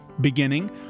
beginning